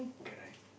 correct